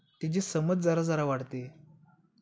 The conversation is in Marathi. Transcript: त्याची समज जरा जरा वाढते